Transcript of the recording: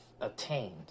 attained